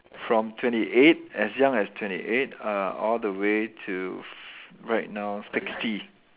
from twenty eight as young as twenty eight uh all the way to f~ right now sixty